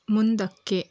ಮುಂದಕ್ಕೆ